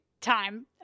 time